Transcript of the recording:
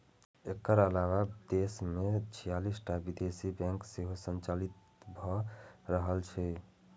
एकर अलावे देश मे छियालिस टा विदेशी बैंक सेहो संचालित भए रहल छै